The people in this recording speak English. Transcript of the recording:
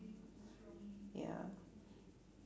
ya